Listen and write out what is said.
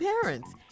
parents